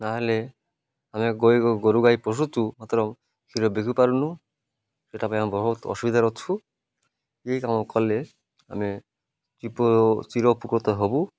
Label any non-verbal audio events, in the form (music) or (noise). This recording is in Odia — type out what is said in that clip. ନହେଲେ ଆମେ (unintelligible) ଗୋରୁ ଗାଈ ପୋଶୁଛୁ ମାତ୍ର କ୍ଷୀର ବିକ୍ରି ପାରୁନୁ ସେଇଟା ପାଇଁ ଆମେ ବହୁତ ଅସୁବିଧା ଅଛୁ ଏଇ କାମ କଲେ ଆମେ (unintelligible) ଚୀର ଉପକୃତ ହବୁ